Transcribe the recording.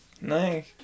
Nice